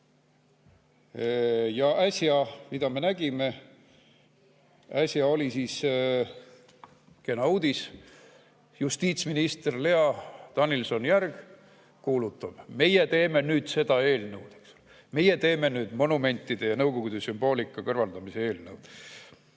Ja äsja, mida me nägime: äsja oli kena uudis, justiitsminister Lea Danilson-Järg kuulutab, et meie teeme nüüd seda eelnõu. Meie teeme nüüd monumentide ja Nõukogude sümboolika kõrvaldamise eelnõu!